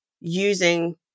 using